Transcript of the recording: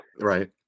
right